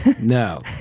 no